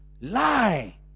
lie